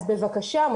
אז בבקשה,